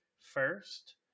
first